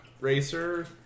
Racer